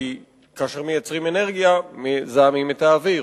כי כאשר מייצרים אנרגיה מזהמים את האוויר.